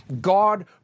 God